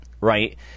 right